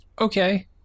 Okay